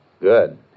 Good